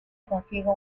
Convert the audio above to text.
consigo